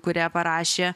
kurią parašė